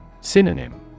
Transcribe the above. Synonym